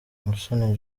musoni